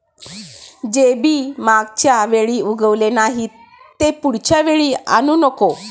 जे बी मागच्या वेळी उगवले नाही, ते पुढच्या वेळी आणू नको